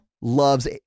Loves